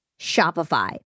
Shopify